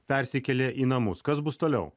persikėlė į namus kas bus toliau